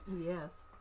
Yes